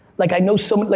like i know so many,